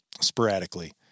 sporadically